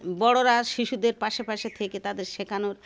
বড়রা শিশুদের পাশে পাশে থেকে তাদের শেখানোর